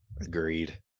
agreed